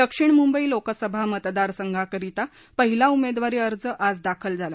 दक्षिण मुंबई लोकसभा मतदारसंघाकरीता पहिला उमेदवारी अर्ज आज दाखल झाला